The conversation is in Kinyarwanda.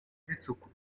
z’isuku